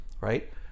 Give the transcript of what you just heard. right